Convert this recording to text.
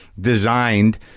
designed